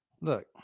Look